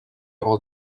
all